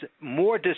more